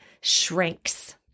shrinks